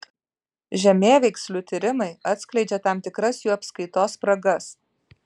žemėveikslių tyrimai atskleidžia tam tikras jų apskaitos spragas